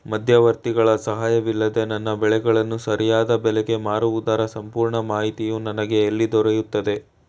ಮಧ್ಯವರ್ತಿಗಳ ಸಹಾಯವಿಲ್ಲದೆ ನನ್ನ ಬೆಳೆಗಳನ್ನು ಸರಿಯಾದ ಬೆಲೆಗೆ ಮಾರುವುದರ ಸಂಪೂರ್ಣ ಮಾಹಿತಿಯು ನನಗೆ ಎಲ್ಲಿ ದೊರೆಯುತ್ತದೆ?